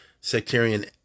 sectarian